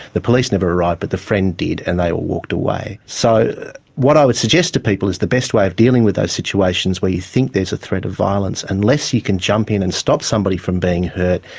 the police never arrived but the friend did and they all walked away. so what i would suggest to people is the best way of dealing with those situations where you think there is a threat of violence, unless you can jump in and stop somebody from being hurt,